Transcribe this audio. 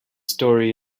story